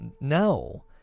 no